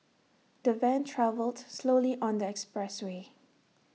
the van travelled slowly on the expressway